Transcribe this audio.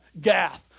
Gath